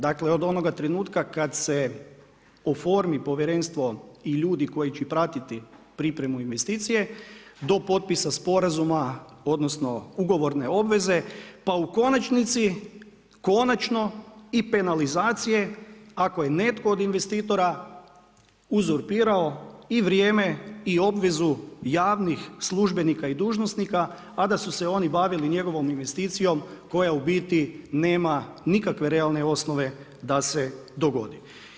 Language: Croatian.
Dakle, od onoga trenutka kad se oformi povjerenstvo i ljudi koji će pratiti pripremu investicije do potpisa sporazuma odnosno ugovorne obveze pa u konačnici konačno i penalizacije ako je netko od investitora uzurpirao i vrijeme i obvezu javnih službenika i dužnosnika a da su se oni bavili njegovom investicijom koja u biti nema nikakve realne osnove da se dogodi.